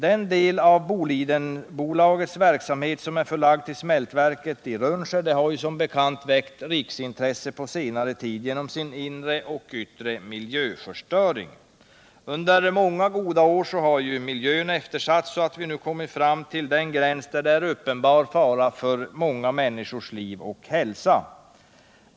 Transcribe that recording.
Den del av Bolidenbolagets verksamhet som är förlagd till smältverket i Rönnskär har som bekant under senare tid väckt riksintresse på grund av inre och yttre miljöförstöring. Under många goda år har miljön eftersatts, så att vi nu kommit till den gräns där det råder uppenbar fara för många människors liv och hälsa.